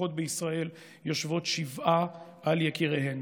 משפחות בישראל יושבות שבעה על יקיריהן.